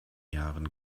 jahren